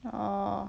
orh